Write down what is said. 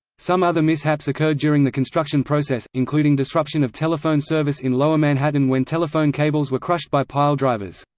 some other mishaps occurred during the construction process, including disruption of telephone service in lower manhattan when telephone cables were crushed by pile drivers.